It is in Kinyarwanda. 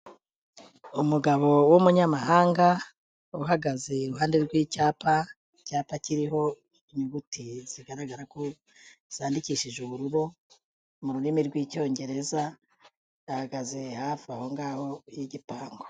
Umugabo w'umunyamahanga uhagaze iruhande rw'icyapa, icyapa kiriho inyuguti zandikishije ubururu mu rurimi rw'icyongereza, ahagaze hafi aho ngaho y'igipangu.